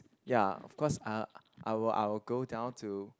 ya of course uh I will I will go down to